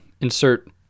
insert